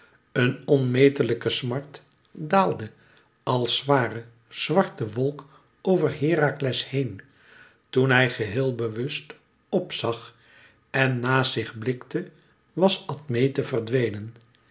een onmetelijke smart daalde als zware zwarte wolk over herakles heen toen hij geheel bewust p zag en naast zich blikte was admete verdwenen